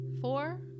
four